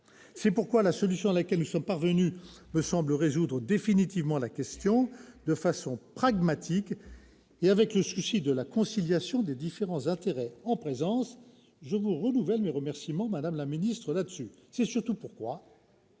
C'est pourquoi la solution à laquelle nous sommes parvenus me semble résoudre définitivement la question, de manière pragmatique et avec le souci de la conciliation des différents intérêts en présence. Je vous renouvelle mes remerciements sur ce point, madame la ministre.